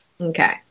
Okay